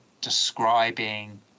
describing